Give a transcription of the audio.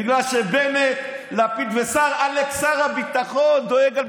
בגלל שבנט, לפיד וסער, עלק שר הביטחון דואג.